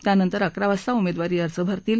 त्यांनतर अकरा वाजता उमद्ववारी अर्ज भरतील